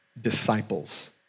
disciples